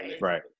right